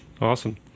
Awesome